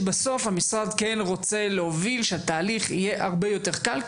המשרד כן רוצה להוביל שהתהליך יהיה הרבה יותר קל,